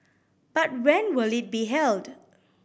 but when will it be held